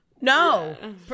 no